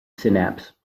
synapse